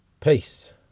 peace